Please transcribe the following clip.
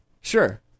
Sure